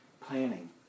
planning